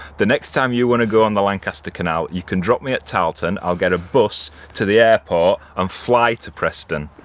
the next time you wanna go on the lancaster canal you can drop me at tarleton i'll get a bus to the airport and um fly to preston.